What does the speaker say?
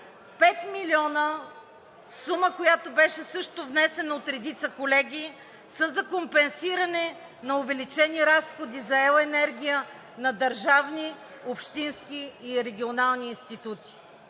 5 милиона е сумата, която беше също внесена от редица колеги за компенсиране на увеличените разходи за електроенергия на държавни, общински и регионални институти